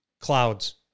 Clouds